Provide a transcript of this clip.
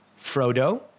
Frodo